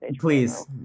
Please